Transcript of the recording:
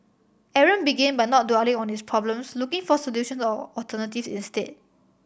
Aaron began by not dwelling on his problems looking for solutions or alternative instead